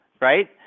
right